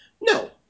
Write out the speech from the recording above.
No